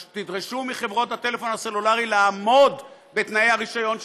תדרשו מחברות הטלפון הסלולרי לעמוד בתנאי הרישיון שלהן.